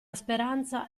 speranza